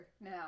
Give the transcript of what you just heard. now